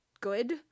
good